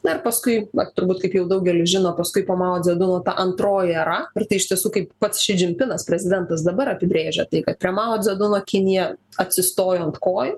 na ir paskui na turbūt kaip jau daugelis žino paskui po mao dzeduno ta antroji era ir tai iš tiesų kaip pats ši džim pinas prezidentas dabar apibrėžia tai kad prie mao dzeduno kinija atsistojo ant kojų